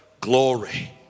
Glory